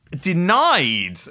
Denied